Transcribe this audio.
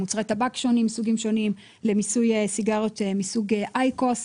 לסוגים שונים של טבק וסיגריות מסוג אייקוס,